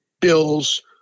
Bills